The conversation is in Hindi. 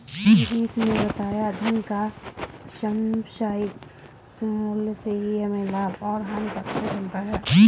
संजीत ने बताया धन का समसामयिक मूल्य से ही हमें लाभ और हानि का पता चलता है